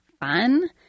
fun